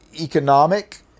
economic